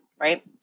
right